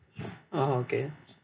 oh okay